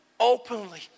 Openly